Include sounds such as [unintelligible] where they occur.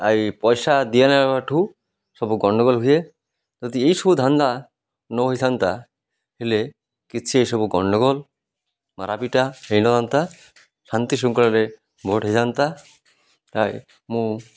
I ପଇସା ଦିଆ ନେବା ଠୁ ସବୁ ଗଣ୍ଡଗୋଳ ହୁଏ ଯଦି ଏଇସବୁ ଧାନ୍ଦା ନ ହେଇଥାନ୍ତା ହେଲେ କିଛି ଏସବୁ ଗଣ୍ଡଗୋଳ ମାରପିଟା ହେଇନଥାନ୍ତା ଶାନ୍ତି ଶୃଙ୍ଖଳାରେ ଭୋଟ ହେଇଥାନ୍ତା [unintelligible] ମୁଁ